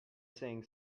saying